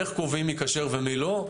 איך קובעים מי כשר ומי לא?